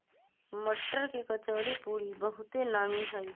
मट्टर के कचौरीपूरी बहुते नामि हइ